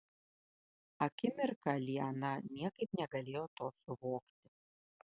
akimirką liana niekaip negalėjo to suvokti